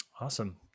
Awesome